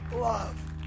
Love